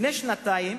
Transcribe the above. לפני שנתיים